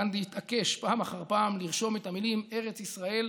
גנדי התעקש פעם אחר פעם לרשום את המילים "ארץ ישראל"